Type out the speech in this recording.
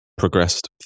progressed